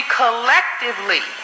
collectively